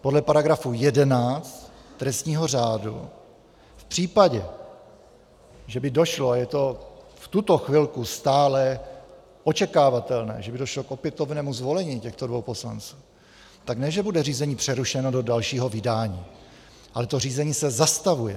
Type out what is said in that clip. Podle § 11 trestního řádu v případě, že by došlo a je to v tuto chvilku stále očekávatelné k opětovnému zvolení těchto dvou poslanců, tak ne že bude řízení přerušeno do dalšího vydání, ale to řízení se zastavuje.